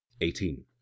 eighteen